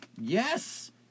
yes